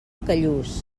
callús